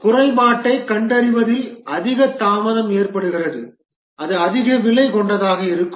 குறைபாட்டைக் கண்டறிவதில் அதிக தாமதம் ஏற்படுகிறது அது அதிக விலை கொண்டதாக இருக்கும்